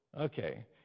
Okay